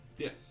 Yes